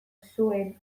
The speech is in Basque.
zuen